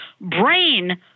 brain